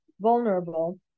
vulnerable